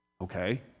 Okay